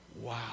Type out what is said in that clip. wow